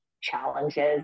challenges